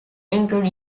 include